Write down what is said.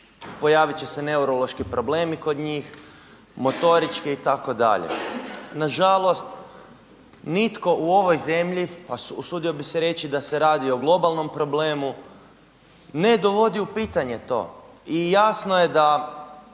pojavit će neurološki problemi kod njih, motoričke itd. Nažalost nitko u ovoj zemlji a usudio bi se reći da se radi o globalnom problemu, ne dovodi u pitanje to i jasno je da